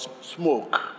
smoke